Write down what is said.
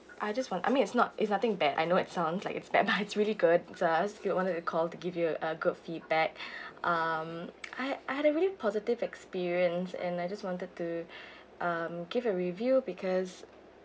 I just want I mean it's not it's nothing bad I know it sounds like it's bad but it's really good just wanted to call to give you a good feedback um I I had a really positive experience and I just wanted to um give a review because